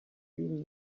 you